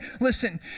listen